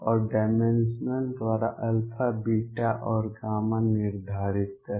और डायमेंशनल द्वारा α β और निर्धारित करें